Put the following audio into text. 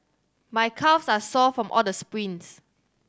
my calves are sore from all the sprints